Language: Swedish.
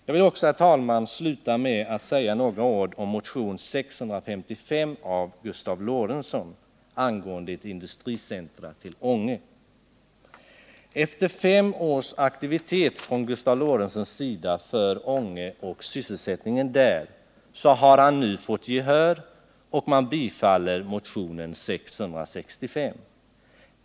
Jag vill också, herr talman, sluta med att säga några ord om motionen 655 av Gustav Lorentzon angående ett industricenter till Ånge. Efter fem års aktivitet från Gustav Lorentzons sida för Ånge och sysselsättningen där har han nu fått gehör, och man tillstyrker bifall till motionen 665.